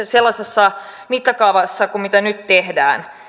sellaisessa mittakaavassa kuin mitä nyt tehdään